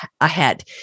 ahead